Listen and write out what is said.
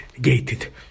gated